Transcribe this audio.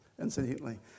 incidentally